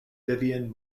vivian